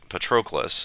Patroclus